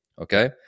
Okay